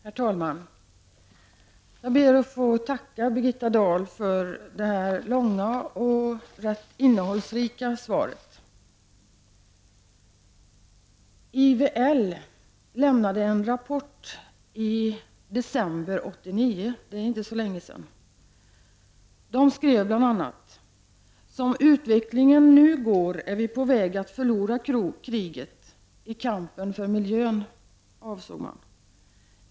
Herr talman! Jag ber att få tacka Birgitta Dahl för det långa och rätt innehållsrika svaret. IVL lämnade en rapport i december 1989. Det är inte så länge sedan. Man skrev bl.a.: ”Som utvecklingen nu går är vi på väg att förlora kriget.” I kampen för miljön, avsåg man.